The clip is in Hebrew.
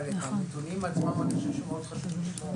אבל את הנתונים עצמם אני חושב שמאוד חשוב לשמור.